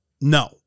No